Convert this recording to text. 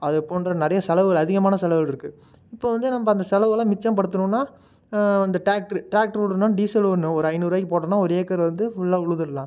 அதுப்போன்ற நிறைய செலவுகள் அதிகமான செலவு இருக்குது இப்போது வந்து நம்ம அந்த செலவெல்லாம் மிச்சம் படுத்துணும்னா இந்த டிராக்டரு டிராக்டரு விடணுன்னா டீசல் விடணும் ஒரு ஐநூறுபாய்க்கு போட்டோம்னா ஒரு ஏக்கரை வந்து ஃபுல்லா உழுதுடலாம்